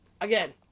again